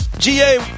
GA